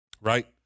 right